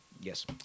Yes